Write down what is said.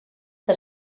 que